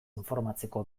informatzeko